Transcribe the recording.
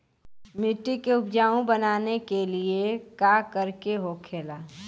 मिट्टी के उपजाऊ बनाने के लिए का करके होखेला?